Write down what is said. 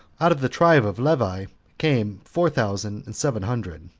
out of the tribe of levi came four thousand and seven hundred,